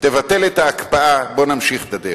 תבטל את ההקפאה, בוא נמשיך את הדרך.